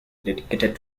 dedicated